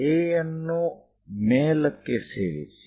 A ಯನ್ನು ಮೇಲಕ್ಕೆ ಸೇರಿಸಿ